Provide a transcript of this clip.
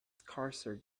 scarcer